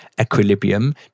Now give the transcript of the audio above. equilibrium